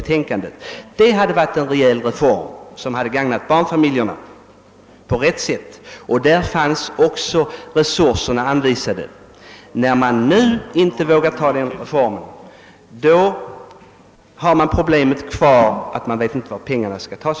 Ett sådant förslag hade lett till en rejäl reform som gagnat barnfamiljerna på rätt sätt, och i betänkandet fanns också resurserna anvisade. När nu regeringen inte vågade föreslå en sådan reform kvarstår problemet varifrån pengarna skall tas.